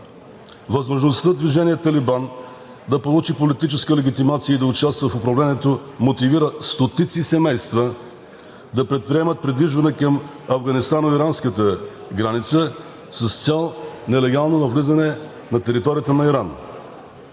Възможността движение „Талибан“ да получи политическа легитимация и да участва в управлението мотивира стотици семейства да предприемат придвижване към афганистано-иранската граница с цел нелегално навлизане на територията на Иран.